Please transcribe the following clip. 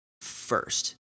first